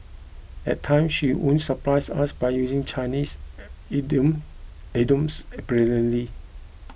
at times she would surprise us by using Chinese idiom idioms brilliantly